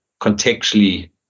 contextually